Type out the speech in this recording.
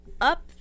up